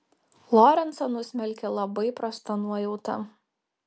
lorencą nusmelkė labai prasta nuojauta